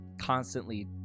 constantly